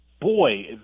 boy